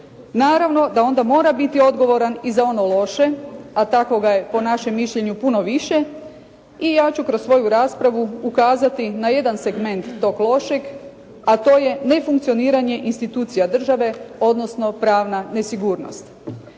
naravno da onda mora biti odgovoran i za ono loše, a takvoga je po našem mišljenju puno više i ja ću kroz svoju raspravu ukazati na jedan segment tog lošeg, a to je nefunkcioniranje institucija države, odnosno pravna nesigurnost.